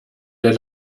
der